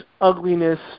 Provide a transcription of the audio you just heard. ugliness